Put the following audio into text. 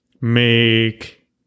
make